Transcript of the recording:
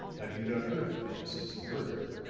have you not heard from him since the murder?